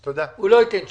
הוא לא ייתן תשובה.